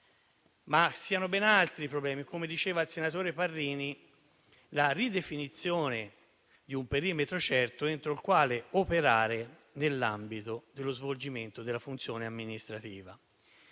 ma ben altri. Come diceva il senatore Parrini, uno di questi è la ridefinizione di un perimetro certo entro il quale operare nell'ambito dello svolgimento della funzione amministrativa.